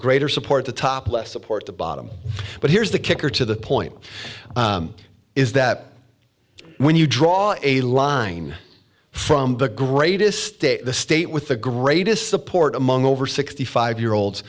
greater support the top less support the bottom but here's the kicker to the point is that when you draw a line from the greatest state the state with the greatest support among over sixty five year